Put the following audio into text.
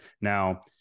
Now